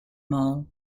mall